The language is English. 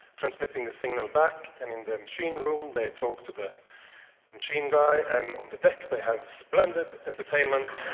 transmitting the signal back, and in the machine room, they talked to the machine guy, and on the deck, they have splendid entertainment.